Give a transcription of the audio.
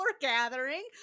gathering